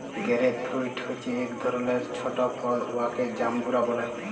grape fruit হছে ইক ধরলের ছট ফল উয়াকে জাম্বুরা ব্যলে